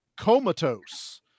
comatose